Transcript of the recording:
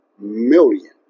million